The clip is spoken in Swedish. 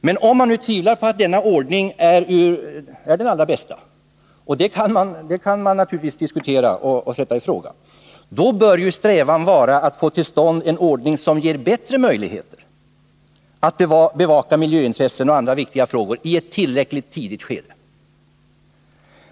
Men om man nu tvivlar på att denna ordning är den allra bästa — och det kan man naturligtvis sätta i fråga — bör strävan vara att få till stånd en ordning som ger bättre möjligheter att bevaka miljöintressen och andra viktiga frågor i ett tillräckligt tidigt skede.